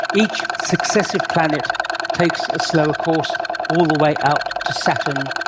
each successive planet takes a slower course all the way out to saturn,